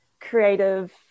creative